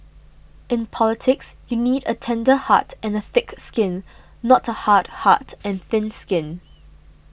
in politics you need a tender heart and a thick skin not a hard heart and thin skin